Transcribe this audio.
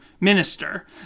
minister